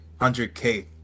100K